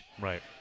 Right